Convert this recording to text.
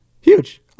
Huge